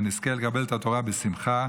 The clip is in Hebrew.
ונזכה לקבל את התורה בשמחה.